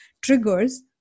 triggers